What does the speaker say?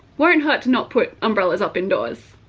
won't hurt to not put umbrella's up in doors.